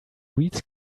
weeds